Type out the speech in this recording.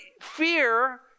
fear